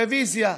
רוויזיה.